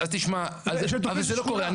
אז תשמע, אבל זה לא קורה.